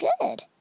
good